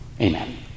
Amen